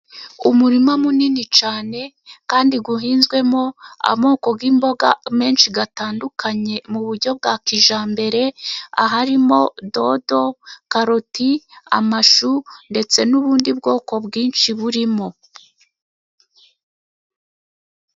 Umurima munini cyane kandi uhinzwemo amoko y'imboga menshi atandukanye muburyo bwa kijyambere, harimo dodo, karoti, amashu ndetse n'ubundi bwoko bwinshi burimo.